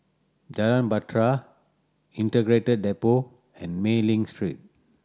Jalan Bahtera Integrated Depot and Mei Ling Street